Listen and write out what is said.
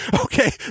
Okay